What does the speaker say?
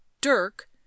Dirk